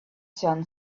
sun